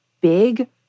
big